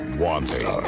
wanting